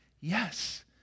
yes